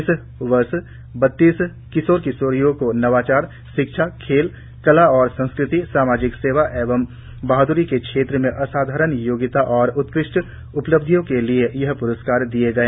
इस वर्ष बत्तीस किशोर किशोरियों को नवाचार शिक्षा खेल कला और संस्कृति सामाजिक सेवा और बहाद्री के क्षेत्र में असाधारण योग्यता और उत्कृष्ठ उपलब्धियों के लिए यह प्रस्कार दिए गए